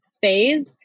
phase